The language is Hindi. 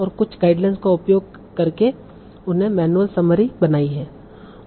तो कुछ गाइडलाइन्स का उपयोग करके उन्होंने मैनुअल समरी बनाई हैं